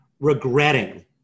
regretting